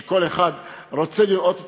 שכל אחד רוצה לראות אותה.